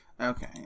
Okay